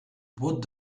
what